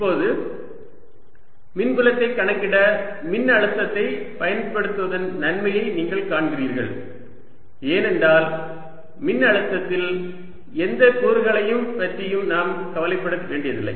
இப்போது மின்புலத்தை கணக்கிட மின்னழுத்தத்தைப் பயன்படுத்துவதன் நன்மையை நீங்கள் காண்கிறீர்கள் ஏனென்றால் மின்னழுத்தத்தில் எந்த கூறுகளை பற்றியும் நான் கவலைப்பட வேண்டியதில்லை